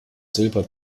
silber